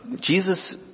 Jesus